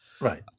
right